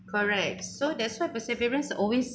correct so that's why perseverance always